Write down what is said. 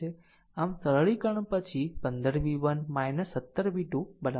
આમ સરળીકરણ પછી 15 v1 17 v2 40 મળશે